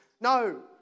No